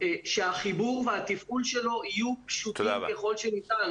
שהחיבור והתפעול שלו יהיו פשוטים ככל שניתן